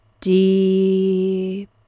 deep